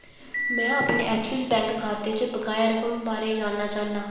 मैं अपने Axis bank खाते च बकाया रकम बारे जान'ना चाह्न्नां